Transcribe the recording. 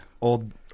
Old